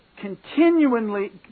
continually